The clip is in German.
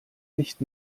nicht